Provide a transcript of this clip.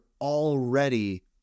already